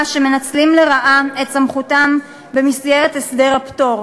שמנצלים לרעה את סמכותם במסגרת הסדר הפטור.